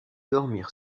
dormir